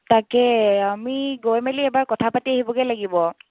তাকে আমি গৈ মেলি এইবাৰ কথা পাতি আহিবগে লাগিব